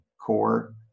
core